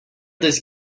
this